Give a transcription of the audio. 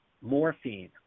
morphine